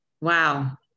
Wow